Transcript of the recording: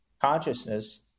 consciousness